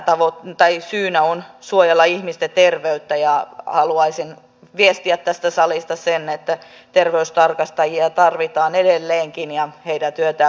ja tässähän syynä on suojella ihmisten terveyttä ja haluaisin viestiä tästä salista sen että terveystarkastajia tarvitaan edelleenkin ja heidän työtään kunnioitetaan